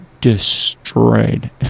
destroyed